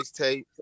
mixtape